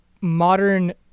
modern